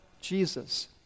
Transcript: Jesus